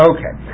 Okay